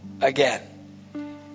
again